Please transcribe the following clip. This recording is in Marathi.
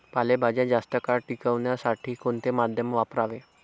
पालेभाज्या जास्त काळ टिकवण्यासाठी कोणते माध्यम वापरावे?